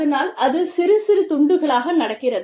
அதனால் அது சிறு சிறு துண்டுகளாக நடக்கிறது